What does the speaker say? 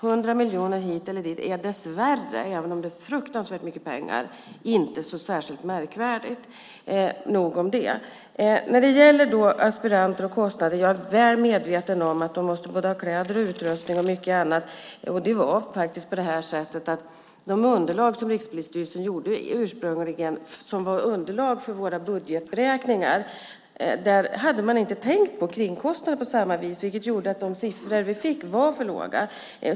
Hundra miljoner hit eller dit är dessvärre, även om det är fruktansvärt mycket pengar, inte särskilt märkvärdigt. Nog om det. När det gäller aspiranter och kostnader är jag väl medveten om att de måste ha kläder, utrustning och mycket annat. I de underlag som Rikspolisstyrelsen gjorde ursprungligen, som låg till grund för våra budgetberäkningar, hade man inte tänkt på kringkostnader på samma vis, vilket gjorde att de siffror vi fick var för låga.